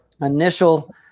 initial